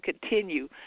continue